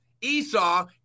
Esau